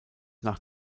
nach